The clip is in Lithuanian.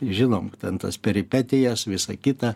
žinom tas peripetijas visa kita